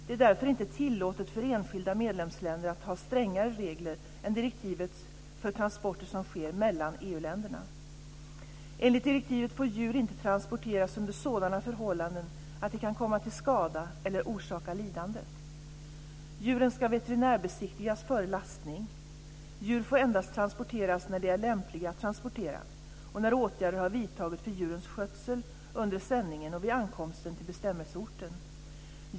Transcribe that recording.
Det är därför inte tillåtet för enskilda medlemsländer att ha strängare regler än direktivets för transporter som sker mellan EU-länderna. Enligt direktivet får djur inte transporteras under sådana förhållanden att de kan komma till skada eller orsakas lidande. Djuren ska veterinärbesiktigas före lastning. Djur får endast transporteras när de är lämpliga att transportera och när åtgärder har vidtagits för djurens skötsel under sändningen och vid ankomsten till bestämmelseorten.